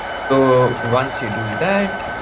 so once you do that,